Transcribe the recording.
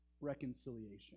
reconciliation